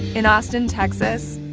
in austin, texas,